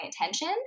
attention